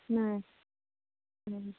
ಹಾಂ ಹಾಂ